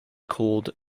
called